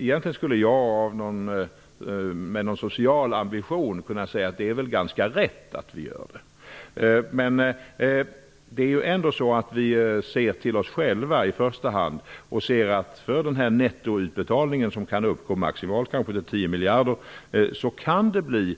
Egentligen borde jag av något slags social ambition kunna säga att det väl är ganska riktigt att vi bidrar med dessa pengar. Det är emellertid ändå så att vi i första hand ser till oss själva. Nettoutbetalningen, som kanske kommer att uppgå till maximalt 10 miljarder, kommer